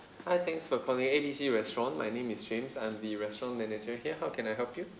hi thanks for calling A B C restaurant my name is james I'm the restaurant manager here how can I help you